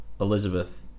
Elizabeth